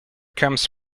comes